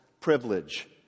privilege